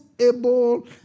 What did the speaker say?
able